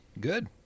Good